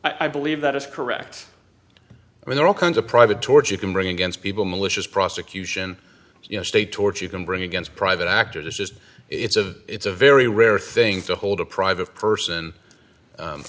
i believe that is correct there are all kinds of private towards you can bring against people malicious prosecution you know state torture you can bring against private actors it's just it's a it's a very rare thing to hold a private person